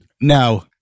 No